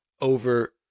over